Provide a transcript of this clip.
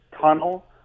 tunnel